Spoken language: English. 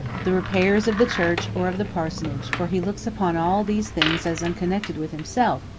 the repairs of the church or of the parsonage for he looks upon all these things as unconnected with himself,